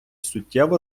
суттєво